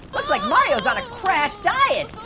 looks like mario's on a crash diet.